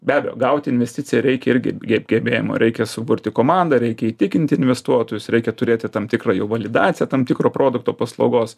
be abejo gauti investiciją reikia irgi ge gebėjimų reikia suburti komandą reikia įtikinti investuotojus reikia turėti tam tikrą jau validaciją tam tikro produkto paslaugos